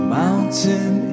mountain